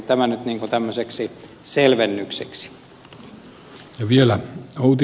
tämä nyt niin kuin tämmöiseksi selvennykseksi